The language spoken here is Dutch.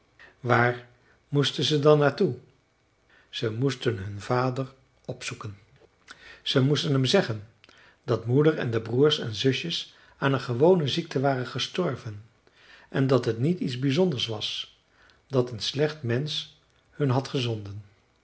waar moesten ze dan naar toe ze moesten hun vader opzoeken ze moesten hem zeggen dat moeder en de broers en zusjes aan een gewone ziekte waren gestorven en dat het niet iets bijzonders was dat een slecht mensch hun had gezonden